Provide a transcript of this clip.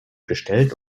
gestellt